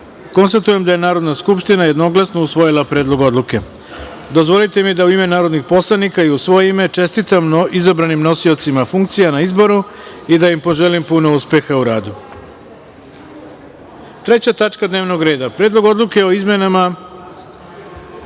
173.Konstatujem da je Narodna skupština jednoglasno usvojila Predlog odluke. Dozvolite mi da u ime narodnih poslanika i u svoje ime čestitam izabranim nosiocima funkcija na izboru i da im poželim puno uspeha u radu. Treća tačka dnevnog reda – Predlog oduke o izmenama